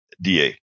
DA